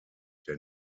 der